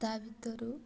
ତା ଭିତରୁ